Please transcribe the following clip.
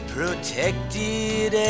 Protected